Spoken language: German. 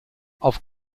auf